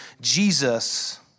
Jesus